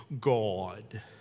God